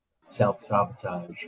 self-sabotage